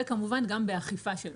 וכמובן גם באכיפה שלו.